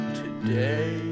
today